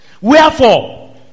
Wherefore